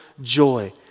joy